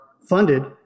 funded